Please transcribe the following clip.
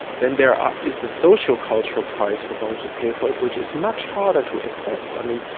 then there um is the social cultural price we're going to pay for it which is much harder to assess. i mean,